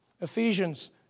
Ephesians